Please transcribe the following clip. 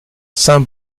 saint